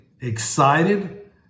excited